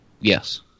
Yes